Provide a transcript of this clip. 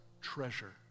treasure